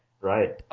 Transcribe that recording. Right